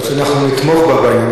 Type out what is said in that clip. יכול להיות שנתמוך בה בעניין